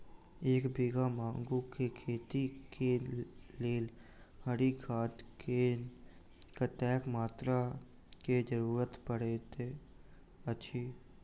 एक बीघा मूंग केँ खेती केँ लेल हरी खाद केँ कत्ते मात्रा केँ जरूरत पड़तै अछि?